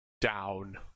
Down